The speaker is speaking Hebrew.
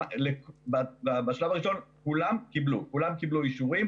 בשלב הראשון כולם קיבלו אישורים.